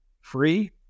free